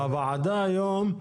בוועדה היום,